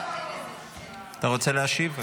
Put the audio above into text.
אתה רוצה להשיב?